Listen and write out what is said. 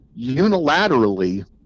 unilaterally